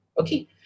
okay